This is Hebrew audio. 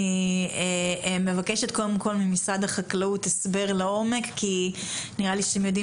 אני מבקשת קודם כל ממשרד החקלאות הסבר לעומק כי נראה לי שאתם יודעים